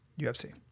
UFC